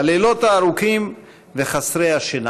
בלילות הארוכים וחסרי השינה.